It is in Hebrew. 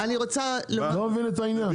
לא מבין את העניין,